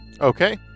Okay